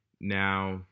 Now